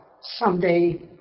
someday